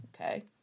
okay